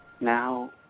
Now